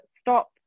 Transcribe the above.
stop